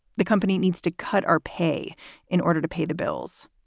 the company needs to cut our pay in order to pay the bills.